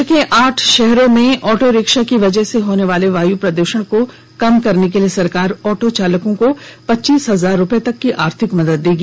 राज्य के आठ शहरों में ऑटो रिक्शा की वजह से होने वाली वायु प्रद्षण को कम करने के लिए सरकार ऑटो चालकों को पच्चीस हजार तक की आर्थिक मदद देगी